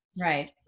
Right